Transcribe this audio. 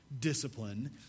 discipline